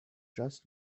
just